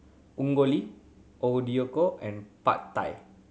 and Pad Thai